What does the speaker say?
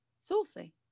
saucy